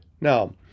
Now